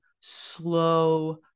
slow